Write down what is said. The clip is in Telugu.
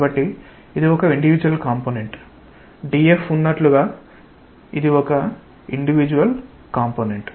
కాబట్టి ఒక ఇండివిజుయల్ కాంపొనెంట్ మీకు dF ఉన్నట్లుగా ఇది ఒక ఇండివిజుయల్ కాంపొనెంట్